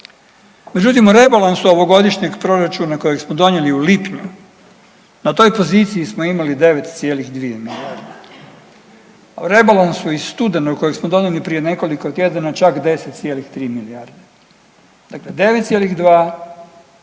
Međutim, o rebalansu ovogodišnjeg proračuna kojeg smo donijeli u lipnju, na toj poziciji smo imali 9,2 milijarde, a o rebalansu iz studenog kojeg smo donijeli prije nekoliko tjedana čak 10,3 milijarde, dakle 9,2, pa